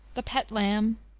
the pet lamb,